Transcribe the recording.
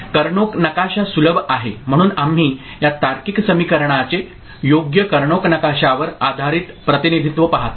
कर्णॉक नकाशा सुलभ आहे म्हणून आम्ही या तार्किक समीकरणाचे योग्य कर्णॉक नकाशावर आधारित प्रतिनिधित्व पाहतो